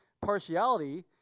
partiality